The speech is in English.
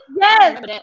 Yes